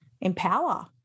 empower